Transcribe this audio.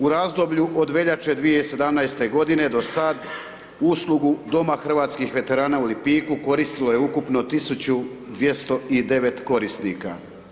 U razdoblju od veljače 2017.-te godine do sad, uslugu Doma hrvatskih veterana u Lipiku koristilo je ukupno 1209 korisnika.